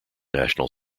national